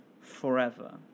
forever